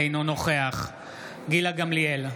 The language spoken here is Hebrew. אינו נוכח גילה גמליאל,